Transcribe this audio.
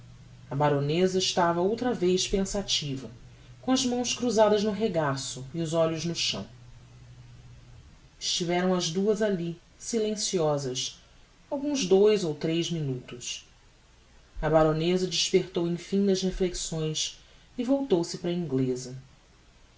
a baroneza estava outra vez pensativa com as mãos crusadas no regaço e os olhos no chão estiveram as duas alli silenciosas alguns dous ou tres minutos a baroneza despertou emfim das reflexões e voltou-se para a ingleza